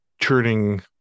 turning